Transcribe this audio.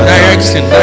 Direction